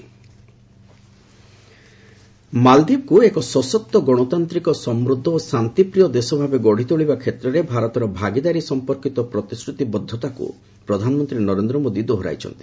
PM ମାଲଦୀପ ମାଲଦୀପକୁ ଏକ ସଶକ୍ତ ଗଣତାନ୍ତ୍ରିକ ସମୃଦ୍ଧ ଓ ଶାନ୍ତିପ୍ରିୟ ଦେଶ ଭାବେ ଗଢ଼ି ତୋଳିବା କ୍ଷେତ୍ରରେ ଭାରତର ଭାଗିଦାରୀ ସମ୍ପର୍କିତ ପ୍ରତିଶ୍ରତିବଦ୍ଧତାକୁ ପ୍ରଧାନମନ୍ତ୍ରୀ ନରେନ୍ଦ୍ର ମୋଦୀ ଦୋହରାଇଛନ୍ତି